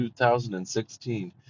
2016